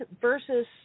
versus